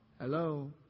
hello